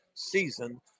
season